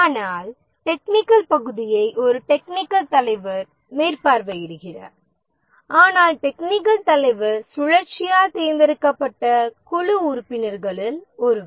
ஆனால் டெக்கினிக்கல் பகுதியை ஒரு டெக்கினிக்கல் தலைவர் மேற்பார்வையிடுகிறார் ஆனால் டெக்கினிக்கல் தலைவர் சுழற்சியால் தேர்ந்தெடுக்கப்பட்ட குழு உறுப்பினர்களில் ஒருவர்